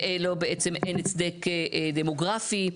ואין בעצם הצדק דמוגרפי,